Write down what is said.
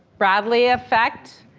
bradley effect?